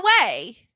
away